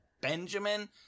Benjamin